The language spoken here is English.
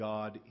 God